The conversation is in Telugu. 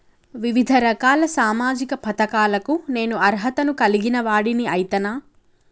వివిధ రకాల సామాజిక పథకాలకు నేను అర్హత ను కలిగిన వాడిని అయితనా?